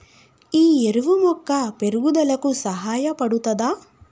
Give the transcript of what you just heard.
ఈ ఎరువు మొక్క పెరుగుదలకు సహాయపడుతదా?